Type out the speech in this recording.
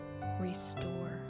restore